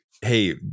hey